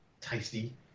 tasty